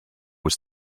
was